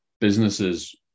businesses